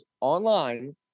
online